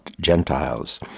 Gentiles